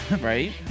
Right